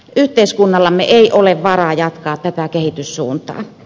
yhteiskunnallamme ei ole varaa jatkaa tätä kehityssuuntaa